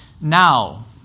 now